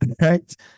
right